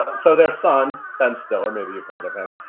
ah but so their son, ben stiller, maybe you've heard of him,